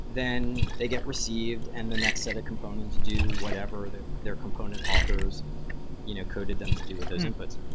then they get received and the next set of components do whatever their their component authors you know coded them to do with those inputs.